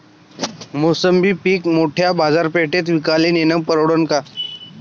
मोसंबी पीक मोठ्या बाजारपेठेत विकाले नेनं परवडन का?